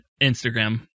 Instagram